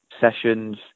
sessions